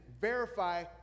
verify